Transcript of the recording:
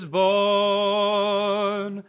born